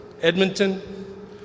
Edmonton